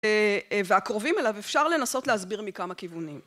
והקרובים אליו אפשר לנסות להסביר מכמה כיוונים.